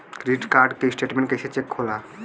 Credit card के statement कइसे check होला?